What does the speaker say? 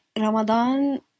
Ramadan